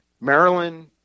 Maryland